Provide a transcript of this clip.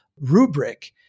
Rubric